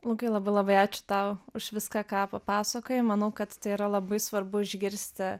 lukai labai labai ačiū tau už viską ką papasakojai manau kad tai yra labai svarbu išgirsti